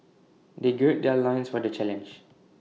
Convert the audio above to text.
they gird their loins for the challenge